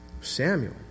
Samuel